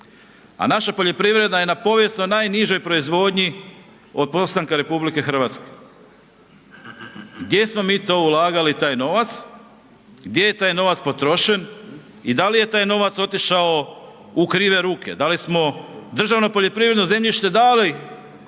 a naša poljoprivreda je na povijesno najnižoj proizvodnji od postanka RH. Gdje smo mi to ulagali taj novac, gdje je taj novac potrošen i da li je taj novac otišao u krive ruke, da li smo državno poljoprivredno zemljište dali